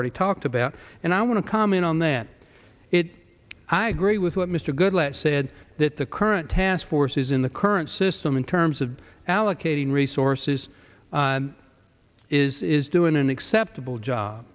already talked about and i want to comment on that it i agree with what mr goodlatte said that the current task force is in the current system in terms of allocating resources is doing an acceptable job